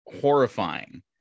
horrifying